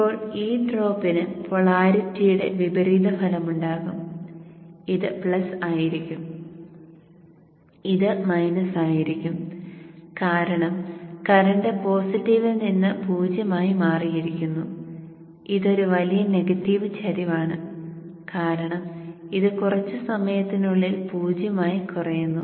ഇപ്പോൾ ഈ ഡ്രോപ്പിന് പോളാരിറ്റിയുടെ വിപരീതഫലമുണ്ടാകും ഇത് പ്ലസ് ആയിരിക്കും ഇത് മൈനസ് ആയിരിക്കും കാരണം കറന്റ് പോസിറ്റീവിൽ നിന്ന് 0 ആയി മാറിയിരിക്കുന്നു ഇത് ഒരു വലിയ നെഗറ്റീവ് ചരിവാണ് കാരണം ഇത് കുറച്ച് സമയത്തിനുള്ളിൽ 0 ആയി കുറയുന്നു